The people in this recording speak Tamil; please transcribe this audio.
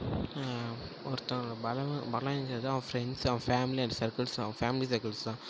ஒருத்தங்க பல பலவீனங்கிறது அவங்க ஃப்ரெண்ட்ஸ் அவங்க ஃபேமிலி அண்ட் சர்கிள்ஸ் தான் அவங்க ஃபேமிலி சர்கிள்ஸ் தான்